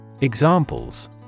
Examples